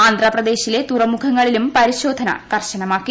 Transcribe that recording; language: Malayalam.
ആന്ധ്രാപ്രദേശിലെ തുറമുഖങ്ങളിലും പരിശോധന കർശനമാക്കി